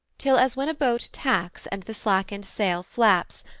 till as when a boat tacks, and the slackened sail flaps,